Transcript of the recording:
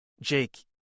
Jake